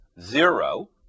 zero